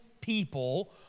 people